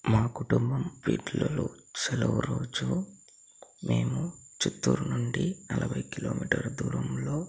మా కుటుంబం సెలవు రోజు మేము చిత్తూరు నుండి నలభై కిలోమీటర్ల దూరంలో